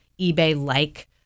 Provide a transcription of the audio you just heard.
eBay-like